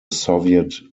soviet